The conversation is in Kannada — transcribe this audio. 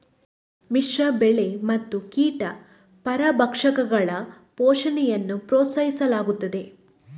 ಮಿಶ್ರ ಬೆಳೆ ಮತ್ತು ಕೀಟ ಪರಭಕ್ಷಕಗಳ ಪೋಷಣೆಯನ್ನು ಪ್ರೋತ್ಸಾಹಿಸಲಾಗುತ್ತದೆ